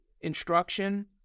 instruction